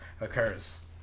occurs